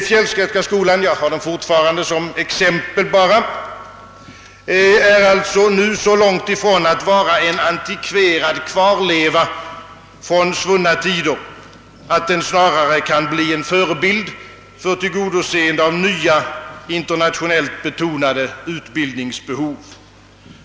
Fjellstedtska skolan — jag nämner den fortfarande endast som exempel — är alltså nu så långt ifrån att vara en antikverad kvarleva från svunna tider, att den snarare kan bli en förebild för tillgodoseende av nya, internationellt betonade utbildningsbehov.